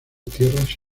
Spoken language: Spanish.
tierras